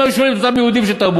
אם היו שואלים את אותם יהודים שתרמו,